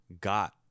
got